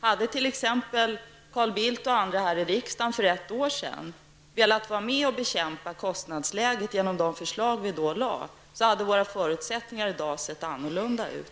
Hade t.ex. Carl Bildt och andra här i riksdagen för ett år sedan velat vara med och bekämpa kostnadsläget genom de förslag vi då lade fram, så hade våra förutsättningar i dag sett annorlunda ut.